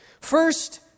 First